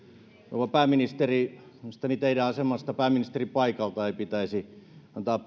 rouva pääministeri mielestäni teidän asemastanne pääministerin paikalta ei pitäisi antaa